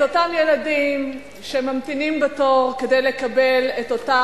את אותם ילדים שממתינים בתור כדי לקבל את אותה